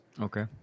Okay